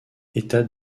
état